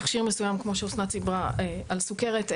תכשיר מסוים כמו שאסנת סיפרה על סוכרת,